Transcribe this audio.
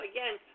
Again